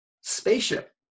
spaceship